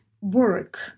work